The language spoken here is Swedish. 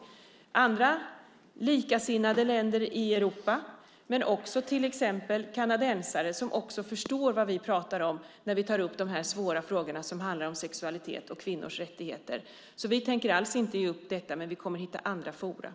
Det gäller andra, likasinnade, länder i Europa men också till exempel kanadensare, som också förstår vad vi pratar om när vi tar upp de här svåra frågorna som handlar om sexualitet och kvinnors rättigheter. Vi tänker således alls inte att ge upp detta, men vi kommer att hitta andra forum.